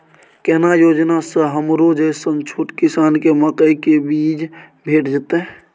केना योजना स हमरो जैसन छोट किसान के मकई के बीज भेट जेतै?